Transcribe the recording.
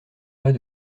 pas